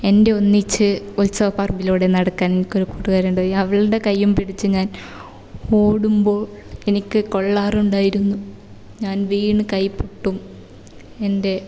എന്റെ ഒന്നിച്ച് ഉത്സവ പറമ്പിലൂടെ നടക്കാന് എനിക്ക് ഒരു കൂട്ടുകാരി ഉണ്ടായിരുന്നു അവളുടെ കൈയും പിടിച്ച് ഞാന് ഓടുമ്പോൾ എനിക്ക് കൊള്ളാറുണ്ടായിരുന്നു ഞാന് വീണ് കൈ പൊട്ടും എന്റെ